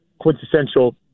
quintessential